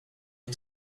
est